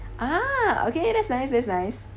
ah okay that's nice that's nice